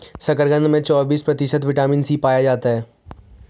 शकरकंद में चौबिस प्रतिशत विटामिन सी पाया जाता है